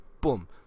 boom